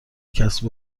کسب